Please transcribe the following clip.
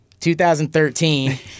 2013